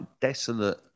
desolate